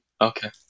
Okay